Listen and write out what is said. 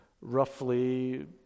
roughly